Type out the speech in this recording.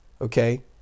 okay